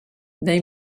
they